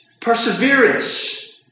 perseverance